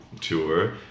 tour